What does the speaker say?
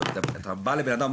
כשאתה בא לבן אדם,